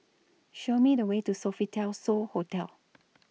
Show Me The Way to Sofitel So Hotel